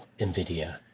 Nvidia